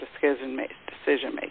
decision-making